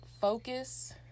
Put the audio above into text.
focus